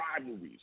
rivalries